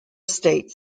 states